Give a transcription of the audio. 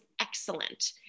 excellent